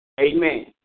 Amen